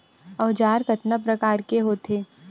औजार कतना प्रकार के होथे?